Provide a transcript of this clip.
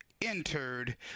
Entered